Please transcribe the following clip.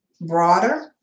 broader